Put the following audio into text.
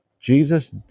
Jesus